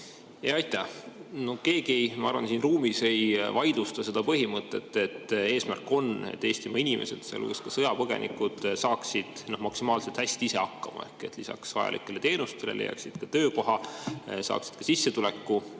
Aitäh! Keegi, ma arvan, siin ruumis ei vaidlusta seda põhimõtet, et eesmärk on, et Eestimaa inimesed, sealhulgas ka sõjapõgenikud, saaksid maksimaalselt hästi ise hakkama, lisaks vajalikele teenustele leiaksid töökoha, saaksid ka sissetuleku.